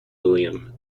william